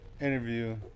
interview